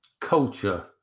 culture